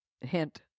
Hint